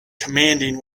commanding